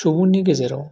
सुबुंनि गेजेराव